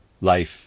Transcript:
Life